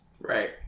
right